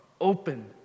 open